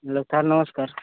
hello sir ନମସ୍କାର